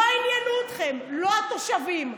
לא עניינו אתכם לא התושבים,